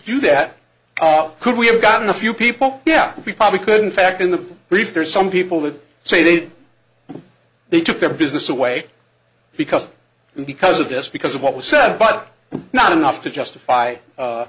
do that could we have gotten a few people yeah we probably couldn't fact in the brief there are some people that say that they took their business away because and because of this because of what was said but not enough to justify